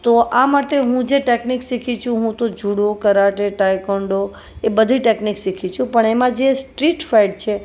તો આ માટે હું જે ટેકનિક શીખી છું હું તો જુડો કરાટે ટેકોન્ડો એ બધી ટેકનિક શીખી છું પણ એમાં જે સ્ટ્રીટ ફાઈટ છે